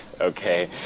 okay